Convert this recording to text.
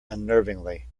unnervingly